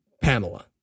Pamela